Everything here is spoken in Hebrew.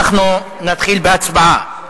נתחיל בהצבעה.